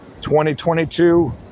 2022